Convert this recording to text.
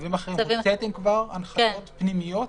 בצווים אחרים הוצאתם כבר הנחיות פנימיות?